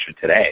today